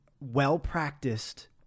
well-practiced